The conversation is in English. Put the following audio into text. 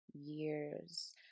years